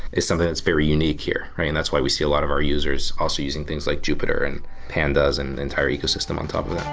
is something that's very unique here and that's why we see a lot of our users also using things like jupiter and pandas and the entire ecosystem on top of